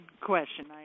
question